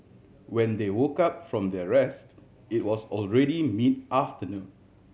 when they woke up from their rest it was already mid afternoon